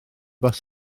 bws